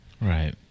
right